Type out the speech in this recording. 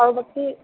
আৰু বাকী